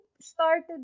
started